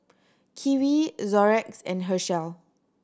Kiwi Xorex and Herschel